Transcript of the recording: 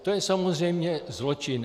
To je samozřejmě zločin.